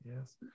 yes